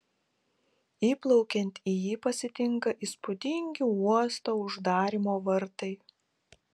įplaukiant į jį pasitinka įspūdingi uosto uždarymo vartai